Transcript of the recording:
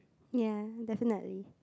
ya definitely